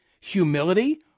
humility